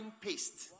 paste